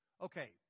Okay